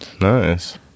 nice